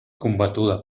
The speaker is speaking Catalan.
combatuda